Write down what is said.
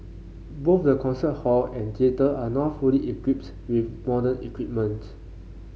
both the concert hall and theatre are now fully equipped with modern equipments